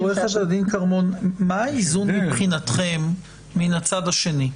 עורכת הדין כרמון, מה האיזון מבחינתכם מצד שני?